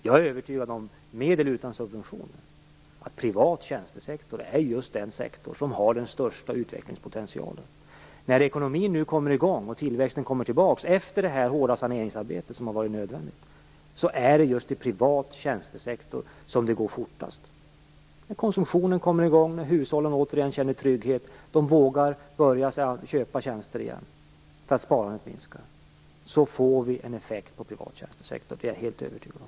Jag är övertygad om, med eller utan subventioner, att privat tjänstesektor är just den sektor som har den största utvecklingspotentialen. När ekonomin nu kommer i gång och tillväxten kommer tillbaks efter det hårda saneringsarbete som har varit nödvändigt är det just i privat tjänstesektor som det går fortast. När konsumtionen kommer i gång, hushållen återigen känner trygghet och vågar börjar köpa tjänster igen så att sparandet minskar får vi en effekt på privat tjänstesektor. Det är jag helt övertygad om.